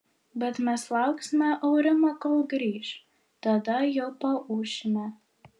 bet mes lauksime aurimo kol grįš tada jau paūšime